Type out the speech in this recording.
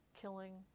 killing